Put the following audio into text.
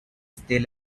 still